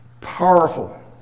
powerful